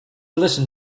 listen